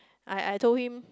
I I told him